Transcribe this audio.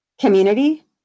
community